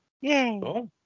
Yay